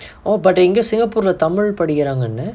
oh but இங்க:inga singapore leh Tamil படிக்கிறாங்கன:tamil padikkiraangana